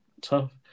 tough